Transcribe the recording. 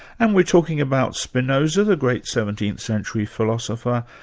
and we're talking about spinoza, the great seventeenth-century philosopher,